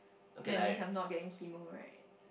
that means I'm not getting chemo right